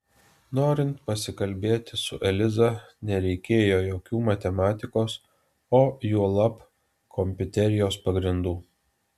norint pasikalbėti su eliza nereikėjo jokių matematikos o juolab kompiuterijos pagrindų